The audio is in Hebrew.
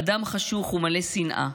אדם חשוך ומלא שנאה.